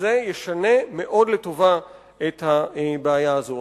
וזה ישנה מאוד לטובה את הבעיה הזאת.